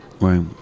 Right